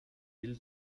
will